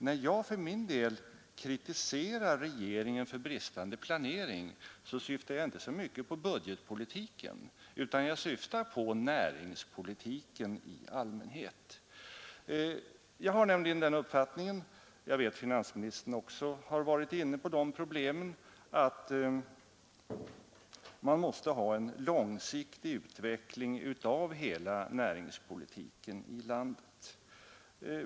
När jag för min del kritiserar regeringen för bristande planering, syftar jag inte så mycket på budgetpolitiken, utan jag syftar på näringspolitiken i allmänhet. Jag har nämligen den uppfattningen — jag vet att finansministern också har varit inne på de problemen — att man måste ha en långsiktig utveckling av hela näringspolitiken i landet.